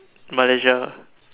Malaysia